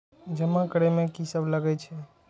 जमा करे में की सब लगे छै?